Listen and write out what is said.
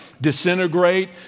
disintegrate